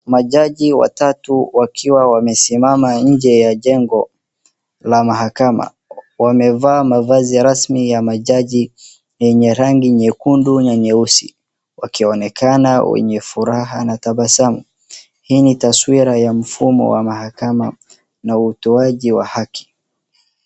Majaji watatu wakiwa wamesimama nje ya jengo la mahakama. Wamevaa mavazi ya rasmi ya majaji yenye rangi nyekundu na nyeusi wakionekana wenye furaha na tabasamu. Hii ni taswira ya mfumo wa mahakama na utoaji wa haki.